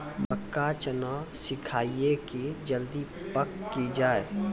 मक्का चना सिखाइए कि जल्दी पक की जय?